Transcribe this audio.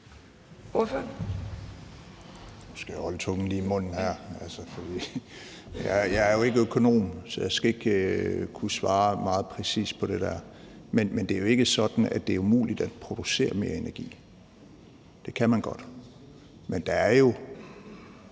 Nu skal jeg holde tungen lige i munden her, for jeg er jo ikke økonom, så jeg kan ikke svare meget præcist på det der. Men det er ikke sådan, at det er umuligt at producere mere energi. Det kan man godt. Men der er jo